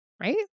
right